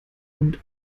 hund